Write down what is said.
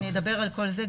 אני אדבר על כל זה.